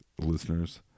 Listeners